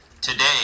Today